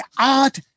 art